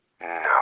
no